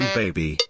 baby